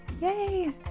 Yay